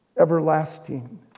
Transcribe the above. everlasting